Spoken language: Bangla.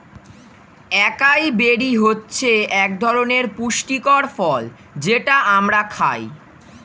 একাই বেরি হচ্ছে একধরনের পুষ্টিকর ফল যেটা আমরা খাই